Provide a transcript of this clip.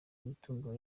imitungo